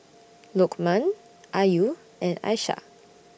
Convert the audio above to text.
Lukman Ayu and Aishah